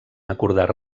acordar